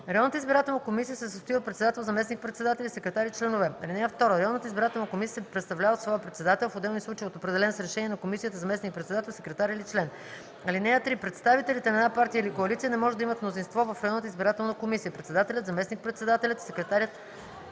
Районната избирателна комисия се състои от председател, заместник-председатели, секретар и членове. (2) Районната избирателна комисия се представлява от своя председател, а в отделни случаи – от определен с решение на комисията заместник-председател, секретар или член. (3) Представителите на една партия или коалиция не може да имат мнозинство в районната избирателна комисия. Председателят, заместник-председателят и секретарят